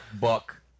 Buck